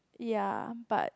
ya but